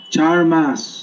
Charmas